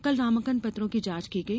कल नामांकन पत्रों की जांच की गई